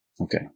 Okay